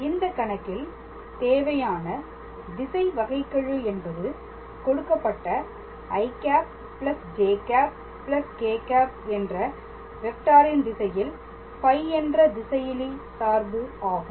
இந்த கணக்கில் தேவையான திசை வகைக்கெழு என்பது கொடுக்கப்பட்டi ̂ j ̂ k̂ என்ற வெக்டார்ரின் திசையில் φ என்ற திசையிலி சார்பு ஆகும்